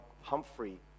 Humphrey